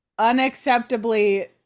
unacceptably